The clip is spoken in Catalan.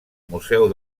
museu